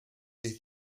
del